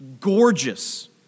gorgeous